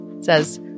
says